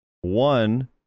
one